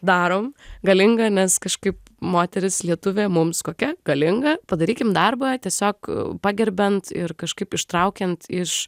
darom galinga nes kažkaip moteris lietuvė mums kokia galinga padarykim darbą tiesiog pagerbiant ir kažkaip ištraukiant iš